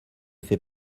fait